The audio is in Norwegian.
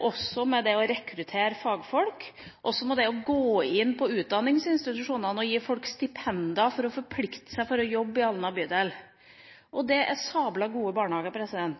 også med det å rekruttere fagfolk, ved å gå inn på utdanningsinstitusjonene og gi folk stipend for at de skal forplikte seg til å jobbe i Alna bydel – og det er sabla gode barnehager.